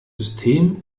system